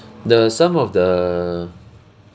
the some of the